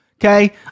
Okay